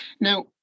Now